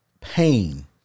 pain